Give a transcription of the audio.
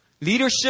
Leadership